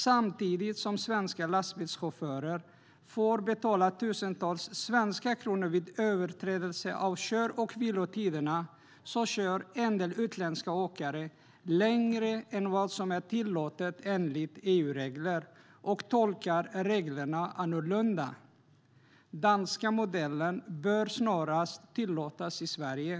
Samtidigt som svenska lastbilschaufförer får betala tusentals svenska kronor vid överträdelse av kör och vilotiderna kör en del utländska åkare längre än vad som är tillåtet enligt EU-regler och tolkar reglerna annorlunda. Den danska modellen bör snarast tillåtas i Sverige.